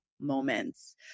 moments